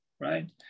right